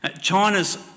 China's